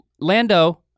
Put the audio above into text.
Lando